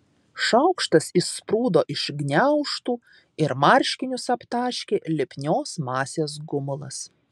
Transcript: šaukštas išsprūdo iš gniaužtų ir marškinius aptaškė lipnios masės gumulas